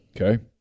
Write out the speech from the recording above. Okay